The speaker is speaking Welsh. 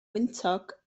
wyntog